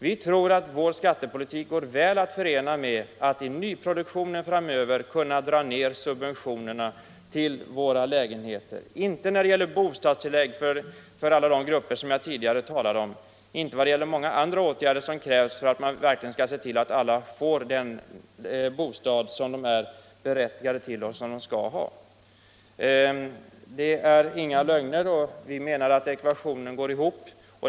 Vi tror att vår skattepolitik går att förena med att i nyproduktionen framöver kunna dra ner subventionerna till våra bostäder. Detta gäller inte alla de grupper jag tidigare talade om och inte heller de många åtgärder som krävs för att verkligen se till att alla får den bostad de är berättigade till. Detta är inga lögner, och vi menar att ekvationen går ihop.